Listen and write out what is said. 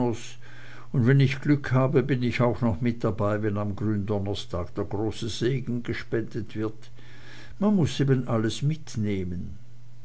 und wenn ich glück habe bin ich auch noch mit dabei wenn am gründonnerstage der große segen gespendet wird man muß eben alles mitnehmen